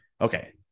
Okay